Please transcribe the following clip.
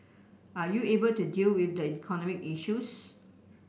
are you able to deal with the economic issues